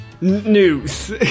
News